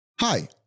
hi